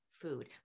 food